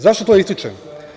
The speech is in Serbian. Zašto ovo ističem?